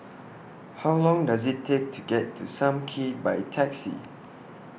How Long Does IT Take to get to SAM Kee By Taxi